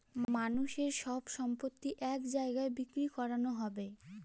মানুষের সব সম্পত্তি এক জায়গায় বিক্রি করানো হবে